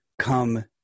come